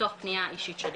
מתוך פנייה אישית שלי,